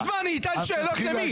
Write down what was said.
אז מה, אני אתן שאלות למי?